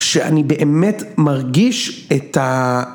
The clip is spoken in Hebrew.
‫שאני באמת מרגיש את ה...